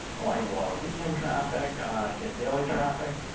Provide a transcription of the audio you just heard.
ah i get a lot weekend traffic, i get daily traffic.